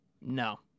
No